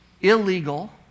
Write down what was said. illegal